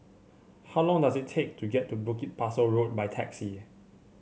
how long does it take to get to Bukit Pasoh Road by taxi